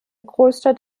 großstadt